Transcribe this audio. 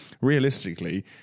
realistically